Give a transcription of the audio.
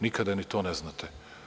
Nikada ni to ne znate.